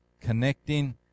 Connecting